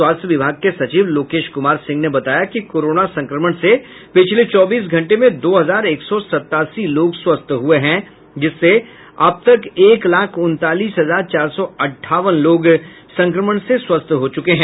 स्वास्थ्य विभाग के सचिव लोकेश कुमार सिंह ने बताया कि कोरोना संक्रमण से पिछले चौबीस घंटे में दो हजार एक सौ सत्तासी लोग स्वस्थ हुए हैं जिससे अब तक एक लाख उनतालीस हजार चार सौ अंठावन लोग संक्रमण से स्वस्थ हो चुके हैं